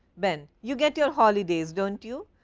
ben you get your holidays, don't you?